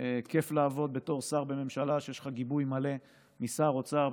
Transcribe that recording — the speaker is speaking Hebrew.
כיף לעבוד בתור שר בממשלה שיש לך גיבוי מלא משר אוצר,